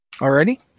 Already